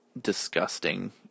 disgusting